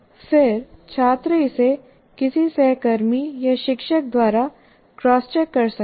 फिर छात्र इसे किसी सहकर्मी या शिक्षक द्वारा क्रॉस चेक कर सकता है